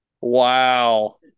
Wow